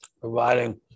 providing